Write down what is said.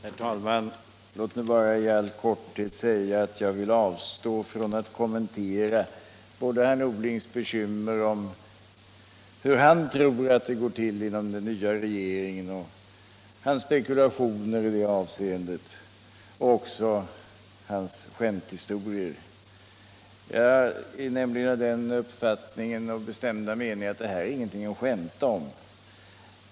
Herr talman! Låt mig bara i all korthet säga att jag vill avstå från att kommentera både herr Norlings bekymmer om hur han tror att det går till inom den nya regeringen och hans spekulationer i det avseendet, liksom hans skämthistorier. Jag är nämligen av den uppfattningen och bestämda meningen att detta inte är någonting att skämta om.